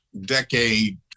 decade